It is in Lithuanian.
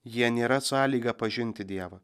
jie nėra sąlyga pažinti dievą